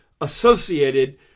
associated